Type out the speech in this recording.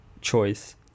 choice